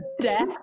death